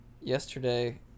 Yesterday